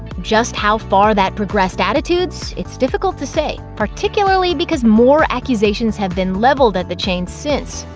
just how far that progressed attitudes, it's difficult to say particularly because more accusations have been leveled at the chain since.